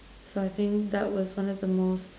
so I think that was one of the most